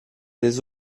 les